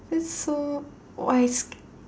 that's so